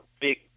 big